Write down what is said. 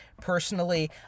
personally